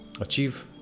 achieve